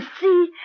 see